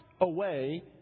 away